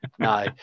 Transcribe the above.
No